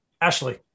Ashley